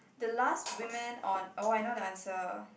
the last woman on oh I know the answer